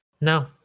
No